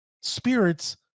spirits